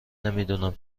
نمیدونم